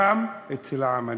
גם אצל העם הנבחר.